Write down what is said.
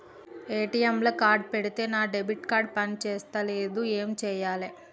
ATM లా card పెడితే నా డెబిట్ కార్డ్ పని చేస్తలేదు ఏం చేయాలే?